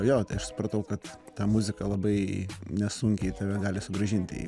jo tai aš supratau kad ta muzika labai nesunkiai tave gali sugrąžinti į